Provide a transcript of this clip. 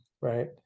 right